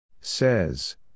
Says